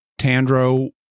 Tandro